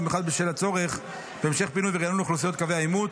ובמיוחד בשל הצורך בהמשך פינוי וריענון האוכלוסיות בקווי העימות,